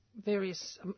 various